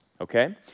Okay